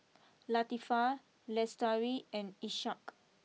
Latifa Lestari and Ishak